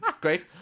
great